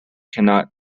cannot